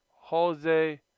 Jose